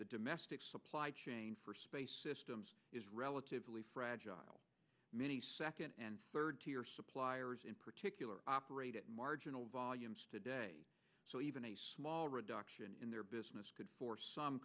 the domestic supply chain for space systems is relatively fragile many second and third tier suppliers in particular operate at marginal volumes today so even a small reduction in their business could force some